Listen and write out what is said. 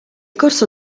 corso